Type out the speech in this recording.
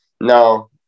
no